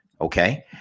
Okay